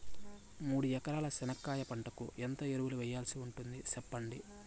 మూడు ఎకరాల చెనక్కాయ పంటకు ఎంత ఎరువులు వేయాల్సి ఉంటుంది సెప్పండి?